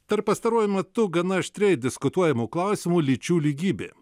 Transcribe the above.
tarp pastaruoju metu gana aštriai diskutuojamų klausimų lyčių lygybė